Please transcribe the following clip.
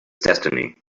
destiny